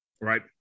Right